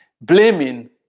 Blaming